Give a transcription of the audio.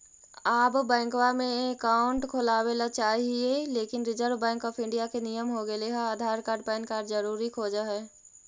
आब बैंकवा मे अकाउंट खोलावे ल चाहिए लेकिन रिजर्व बैंक ऑफ़र इंडिया के नियम हो गेले हे आधार कार्ड पैन कार्ड जरूरी खोज है?